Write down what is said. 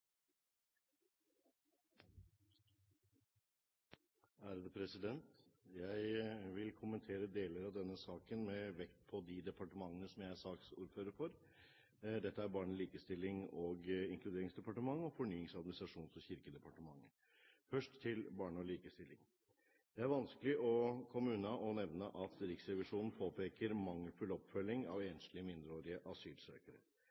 til Etiopia. Jeg vil kommentere deler av denne saken med vekt på de departementene som jeg er saksordfører for, og det er Barne-, likestillings- og inkluderingsdepartementet og Fornyings-, administrasjons- og kirkedepartementet. Først til Barne-, likestillings- og inkluderingsdepartementet. Det er vanskelig å komme unna å nevne at Riksrevisjonen påpeker mangelfull oppfølging av enslige mindreårige asylsøkere.